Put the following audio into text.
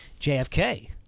jfk